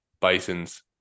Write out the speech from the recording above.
Bisons